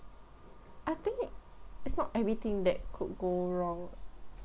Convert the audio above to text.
I think it's not everything that could go wrong